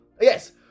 Yes